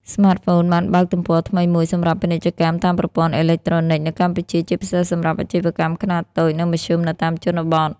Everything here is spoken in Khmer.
ស្មាតហ្វូនបានបើកទំព័រថ្មីមួយសម្រាប់ ពាណិជ្ជកម្មតាមប្រព័ន្ធអេឡិចត្រូនិក នៅកម្ពុជា ជាពិសេសសម្រាប់អាជីវកម្មខ្នាតតូច និងមធ្យមនៅតាមជនបទ។